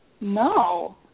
No